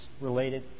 related